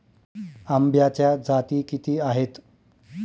आंब्याच्या जाती किती आहेत?